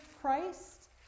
Christ